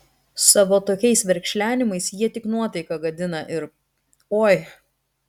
savo tokiais verkšlenimais jie tik nuotaiką gadina ir oi